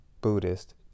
Buddhist